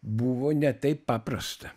buvo ne taip paprasta